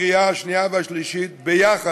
בקריאה השנייה והשלישית ביחד.